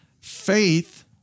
faith